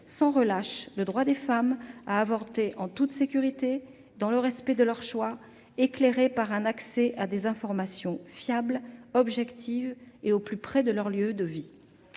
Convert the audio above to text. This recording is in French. sans relâche le droit des femmes à avorter en toute sécurité, dans le respect de leur choix éclairé par un accès à des informations fiables, objectives et au plus près de leur lieu de vie.